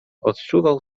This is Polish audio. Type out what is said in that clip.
odczuwał